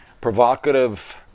provocative